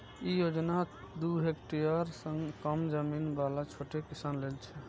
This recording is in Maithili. ई योजना दू हेक्टेअर सं कम जमीन बला छोट किसान लेल छै